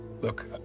Look